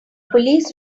police